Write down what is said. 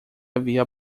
havia